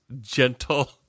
gentle